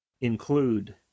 include